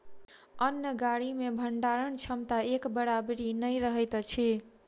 अन्न गाड़ी मे भंडारण क्षमता एक बराबरि नै रहैत अछि